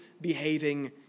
behaving